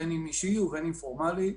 בין אם אישי ובין אם פורמלי.